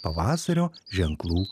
pavasario ženklų